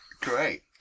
Great